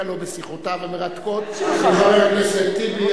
לו בשיחותיו המרתקות עם חבר הכנסת טיבי,